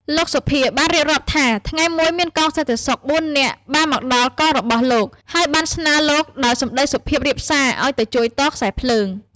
លោក សូភា បានរៀបរាប់ថា ថ្ងៃមួយ មានកងសន្តិសុខបួននាក់បានមកដល់កងរបស់លោក ហើយបានស្នើលោកដោយសម្តីសុភាពរាបសារឱ្យទៅជួយតខ្សែភ្លើង។